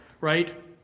right